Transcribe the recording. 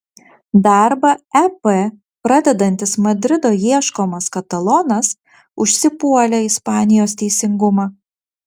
darbą ep pradedantis madrido ieškomas katalonas užsipuolė ispanijos teisingumą